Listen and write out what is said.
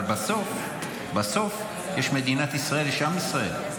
אבל בסוף בסוף יש מדינת ישראל ויש עם ישראל.